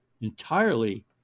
entirely